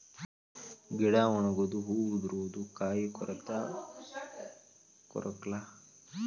ಗಿಡಾ ಒಣಗುದು ಹೂ ಉದರುದು ಕಾಯಿ ಕೊರತಾ ಕೊರಕ್ಲಾ